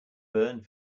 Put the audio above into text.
burned